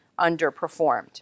underperformed